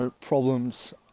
problems